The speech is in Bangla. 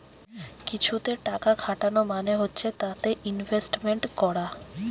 কিছুতে টাকা খাটানো মানে হচ্ছে তাতে ইনভেস্টমেন্ট করা